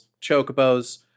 Chocobos